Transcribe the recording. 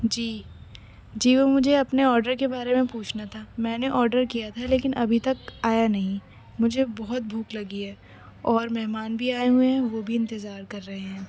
جی جی وہ مجھے اپنے آرڈر کے بارے میں پوچھنا تھا میں نے آرڈر کیا تھا لیکن ابھی تک آیا نہیں مجھے بہت بھوکھ لگی ہے اور مہمان بھی آئے ہوئے ہیں وہ بھی انتظار کر رہے ہیں